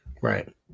Right